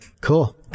Cool